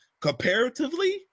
comparatively